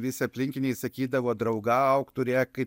visi aplinkiniai sakydavo draugauk turėk